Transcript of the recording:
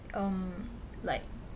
um like